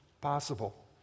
possible